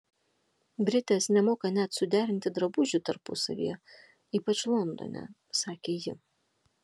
britės nemoka net suderinti drabužių tarpusavyje ypač londone sakė ji